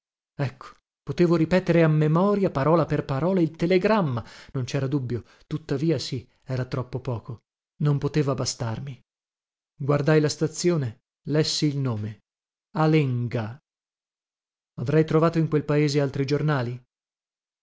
ecco potevo ripetere a memoria parola per parola il telegramma non cera dubbio tuttavia sì era troppo poco non poteva bastarmi guardai la stazione lessi il nome alenga avrei trovato in quel paese altri giornali